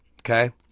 Okay